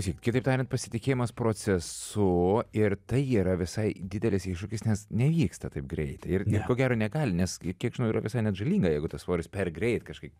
kitaip tariant pasitikėjimas procesu ir tai yra visai didelis iššūkis nes neįvyksta taip greitai ir net ko gero negali nes kiek žinau yra visai net žalinga jeigu tas svoris per greit kažkaip